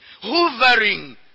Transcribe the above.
hovering